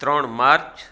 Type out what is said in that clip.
ત્રણ માર્ચ